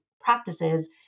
practices